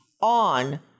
on